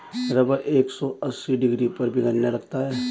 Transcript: rubber एक सौ अस्सी डिग्री पर पिघलने लगता है